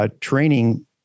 Training